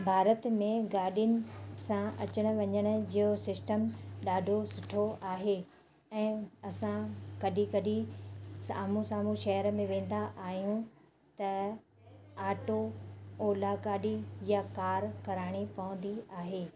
भारत में गाॾियुनि सां अचण वञण जो सिस्टम ॾाढो सुठो आहे ऐं असां कॾहिं कॾहिं साम्हूं साम्हूं शहर में वेंदा आहियूं त आटो ओला गाॾी या कार कराइणी पवंदी आहे